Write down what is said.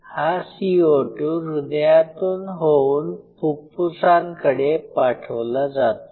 हा CO2 हृदयातून होऊन फुफ्फुसांकडे पाठवला जातो